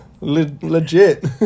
legit